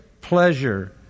pleasure